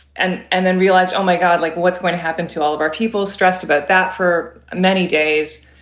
and and then realized, oh, my god, like what's going to happen to all of our people stressed about that for many days,